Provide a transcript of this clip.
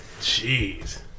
Jeez